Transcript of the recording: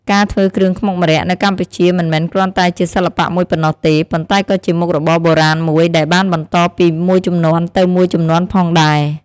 ការធ្វើគ្រឿងខ្មុកម្រ័ក្សណ៍៍នៅកម្ពុជាមិនមែនគ្រាន់តែជាសិល្បៈមួយប៉ុណ្ណោះទេ ប៉ុន្តែក៏ជាមុខរបរបុរាណមួយដែលបានបន្តពីមួយជំនាន់ទៅមួយជំនាន់ផងដែរ។